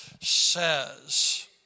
says